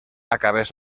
acabés